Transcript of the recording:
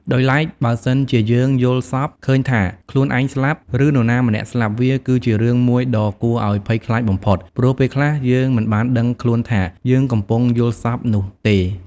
ដោយឡែក បើសិនជាយើងយល់សប្តិ ឃើញថាខ្លួនឯងស្លាប់ ឬនរណាម្នាក់ស្លាប់ វាគឺជារឿងមួយដ៏គួរឲ្យភ័យខ្លាចបំផុត ព្រោះពេលខ្លះយើងមិនបានដឹងខ្លួនថា យើងកំពុងយល់សប្តិនោះទេ។